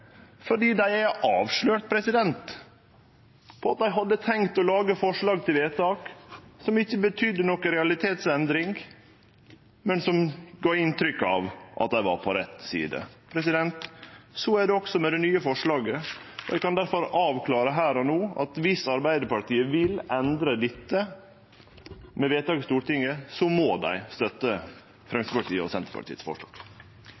dei er avslørte. Dei hadde tenkt å lage forslag til vedtak som ikkje betydde noka realitetsendring, men som gav inntrykk av at dei var på rett side. Slik er det også med det nye forslaget. Eg kan difor avklare her og no at dersom Arbeidarpartiet vil endre dette med vedtak i Stortinget, må dei støtte Framstegspartiet og Senterpartiets forslag.